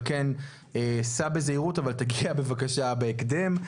סע בזהירות אבל תגיע בבקשה בהקדם.